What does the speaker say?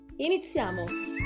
Iniziamo